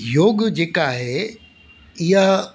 योग जेका आहे इहा